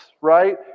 right